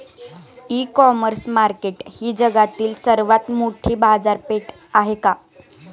इ commerce market ही जगातील सर्वात मोठी बाजारपेठ आहे का?